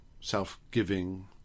self-giving